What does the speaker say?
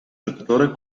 giocatore